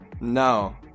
No